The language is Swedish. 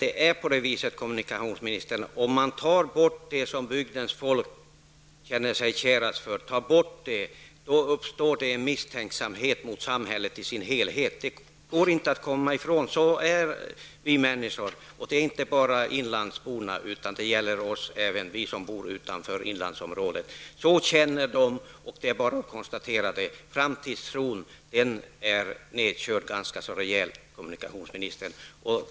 Det är på det viset, kommunikationsministern, att om man tar bort det som bygdens folk känner kärast för, uppstår det misstänksamhet mot samhället i dess helhet. Det går inte att komma ifrån att vi människor är sådana. Det gäller inte bara inlandsborna utan även oss som bor utanför inlandsområdet. De känner så, och det är bara att konstatera. Framtidstron är ganska rejält nedkörd, kommunikationsministern.